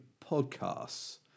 podcasts